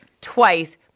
twice